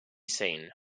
seen